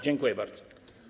Dziękuję bardzo.